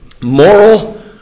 Moral